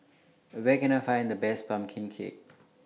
Where Can I Find The Best Pumpkin Cake